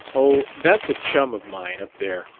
oh, that's a chum of mine, up there.